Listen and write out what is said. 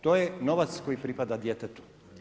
To je novac koji pripada djetetu.